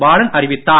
பாலன் அறிவித்தார்